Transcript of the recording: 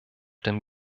dem